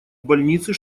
больницы